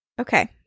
okay